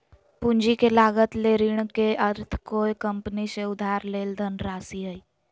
पूंजी के लागत ले ऋण के अर्थ कोय कंपनी से उधार लेल धनराशि हइ